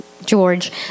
George